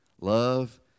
love